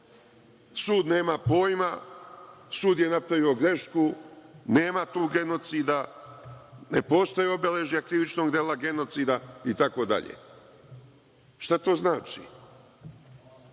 sud nema pojma, sud je napravio grešku, nema tu genocida, ne postoji obeležje krivičnog dela genocida. Šta to znači? Ja